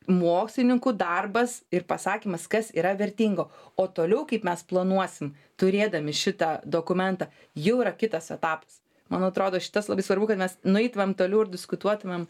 mokslininkų darbas ir pasakymas kas yra vertingo o toliau kaip mes planuosim turėdami šitą dokumentą jau yra kitas etapas man atrodo šitas labai svarbu kad mes nueitumėm toliau ir diskutuotumėm